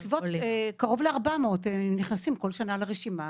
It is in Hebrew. קרוב ל-400 נכנסים בכל שנה לרשימה,